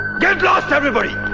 get lost everybody!